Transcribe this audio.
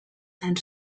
and